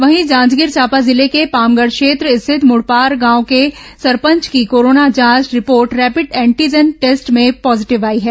वहीं जांजगीर चांपा जिले के पामगढ़ क्षेत्र स्थित मुड़पार गांव के सरपंच की कोरोना जांच रिपोर्ट रैपिड एंटीजन टेस्ट में पॉजीटिव आई है